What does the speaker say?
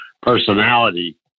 personality